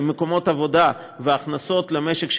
עם מקומות עבודה והכנסות למשק,